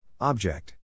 Object